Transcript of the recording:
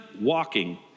walking